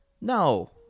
no